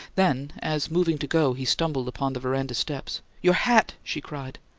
then, as moving to go, he stumbled upon the veranda steps, your hat! she cried.